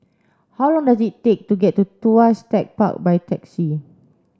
how long does it take to get to Tuas Tech Park by taxi